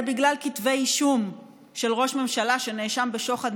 זה בגלל כתבי אישום של ראש ממשלה שנאשם בשוחד,